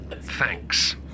Thanks